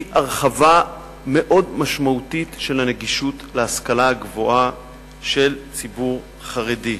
היא הרחבה מאוד משמעותית של נגישות ההשכלה גבוהה לציבור חרדי.